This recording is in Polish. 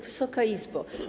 Wysoka Izbo!